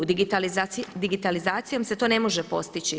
Digitalizacijom se to ne može postići.